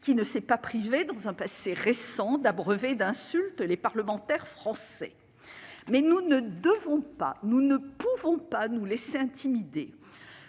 qui ne s'est pas privé, dans un passé récent, d'abreuver d'insultes les parlementaires français. Nous ne pouvons pas et nous ne devons pas nous laisser intimider.